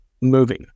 moving